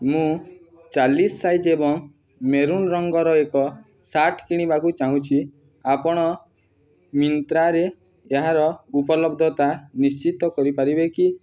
ମୁଁ ଚାଳିଶ ସାଇଜ୍ ଏବଂ ମେରୁନ୍ ରଙ୍ଗର ଏକ ସାର୍ଟ୍ କିଣିବାକୁ ଚାହୁଁଛି ଆପଣ ମିନ୍ତ୍ରାରେ ଏହାର ଉପଲବ୍ଧତା ନିଶ୍ଚିତ କରିପାରିବେ କି